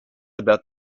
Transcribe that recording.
about